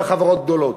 וחברות גדולות.